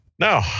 No